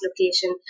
location